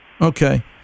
okay